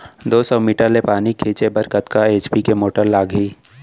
दो सौ मीटर ले पानी छिंचे बर कतका एच.पी के मोटर लागही?